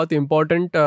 important